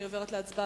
אני עוברת להצבעה.